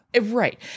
Right